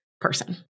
person